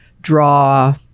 draw